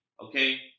okay